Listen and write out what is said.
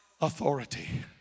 authority